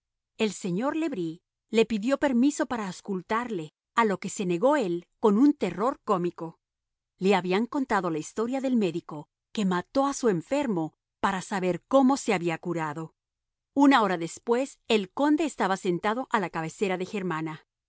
el señor le bris le pidió permiso para auscultarle a lo que se negó él con un terror cómico le habían contado la historia del médico que mató a su enfermo para saber cómo se había curado una hora después el conde estaba sentado a la cabecera de germana